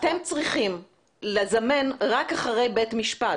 אתם צריכים לזמן רק אחרי בית משפט.